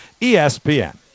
ESPN